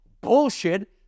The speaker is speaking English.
bullshit